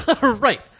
Right